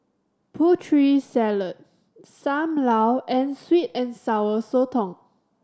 Putri Salad Sam Lau and sweet and Sour Sotong